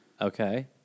Okay